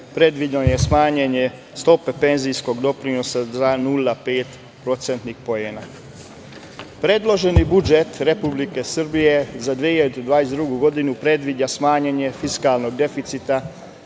Predviđeno je smanjenje stope penzijskog doprinosa za 0,5 procentnih poena. Predloženi budžet Republike Srbije za 2022. godinu predviđa smanjenje fiskalnog deficita